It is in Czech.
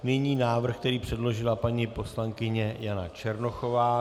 Nyní návrh, který předložila paní poslankyně Jana Černochová.